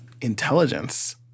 intelligence